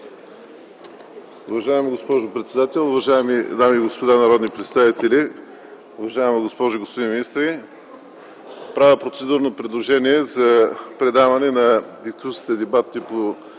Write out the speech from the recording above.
Уважаема госпожо председател, уважаеми дами и господа народни представители, уважаема госпожо и господин министри! Правя процедурно предложение за предаване на дебатите по